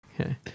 Okay